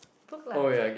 book lah